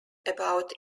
about